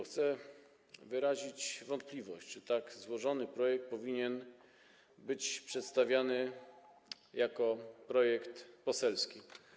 Chcę wyrazić wątpliwość, czy tak złożony projekt powinien być przedstawiany jako projekt poselski.